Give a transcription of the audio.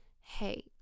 hey